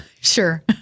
Sure